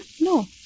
No